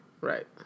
right